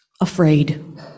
afraid